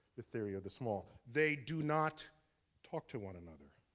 the theory of the small. they do not talk to one another.